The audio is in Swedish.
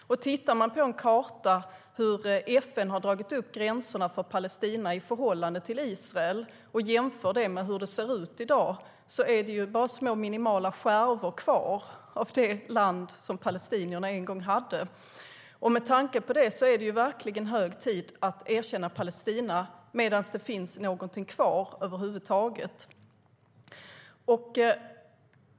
Tittar man på en karta över hur FN har dragit upp gränserna för Palestina i förhållande till Israel och jämför den med hur det ser ut i dag ser man att det bara är minimala skärvor kvar av det land palestinierna en gång hade. Med tanke på detta är det verkligen hög tid att erkänna Palestina, alltså medan det finns någonting kvar över huvud taget.